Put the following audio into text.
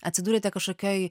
atsiduriate kažkokioj